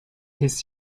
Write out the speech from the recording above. his